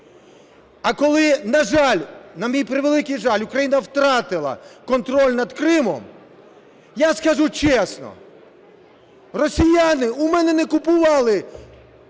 А коли, на жаль, на мій превеликий жаль, Україна втратила контроль над Кримом, я скажу чесно, росіяни в мене не купували